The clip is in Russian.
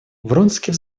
вронский